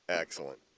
Excellent